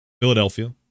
Philadelphia